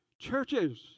churches